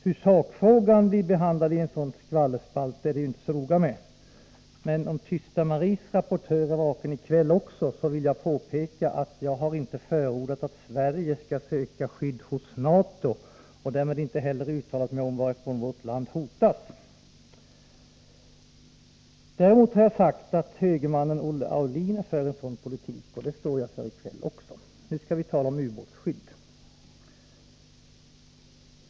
Hur sakfrågan blir behandlad i en sådan skvallerspalt är det ju inte så noga med. Men om Tysta Maries rapportörer är vakna i kväll också vill jag påpeka att jag inte har förordat att Sverige skall söka skydd hos NATO och därmed inte heller uttalat mig om varifrån vårt land hotas. Däremot har jag sagt att högermannen Olle Aulin för en sådan politik, och det står jag för i kväll också. Nu skall vi tala om ubåtsskydd.